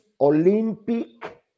Olympic